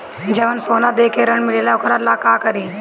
जवन सोना दे के ऋण मिलेला वोकरा ला का करी?